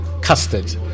custard